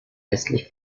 westlich